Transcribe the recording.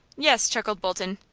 yes, chuckled bolton.